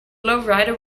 lowrider